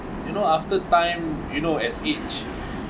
you know after time you know as aged